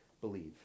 believe